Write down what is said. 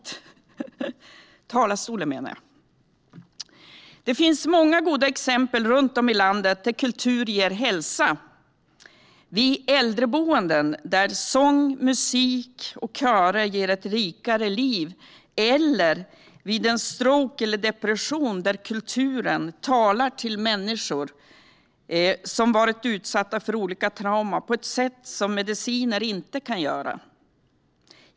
Det finns många goda exempel runt om i landet där kultur ger hälsa - vid äldreboenden där sång, musik och körer ger ett rikare liv eller vid en stroke eller depression där kulturen talar till människor som varit utsatta för olika trauman på ett sätt som mediciner inte kan göra.